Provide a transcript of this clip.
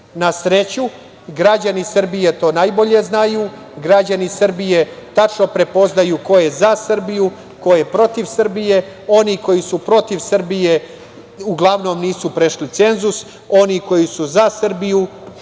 sreću, građani Srbije to najbolje znaju, građani Srbije tačno prepoznaju ko je za Srbiju, ko je protiv Srbije. Oni koji su protiv Srbije uglavnom nisu prešli cenzus a oni koji su za Srbiju,